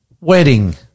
wedding